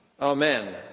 Amen